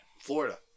Florida